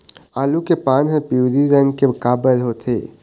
आलू के पान हर पिवरी रंग के काबर होथे?